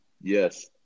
Yes